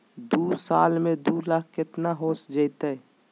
दू साल में दू लाख केतना हो जयते?